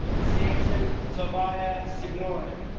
sampson tobias so ignoring